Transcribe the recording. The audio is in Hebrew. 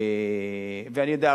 ואני יודע,